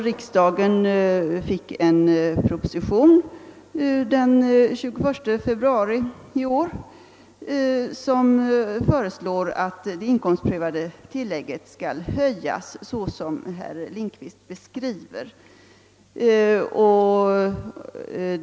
Riksdagen fick den 21 februari i år en proposition, i vilken föreslås att det inkomstprövade tillägget skall höjas på sådant sätt som herr Lindkvist beskriver.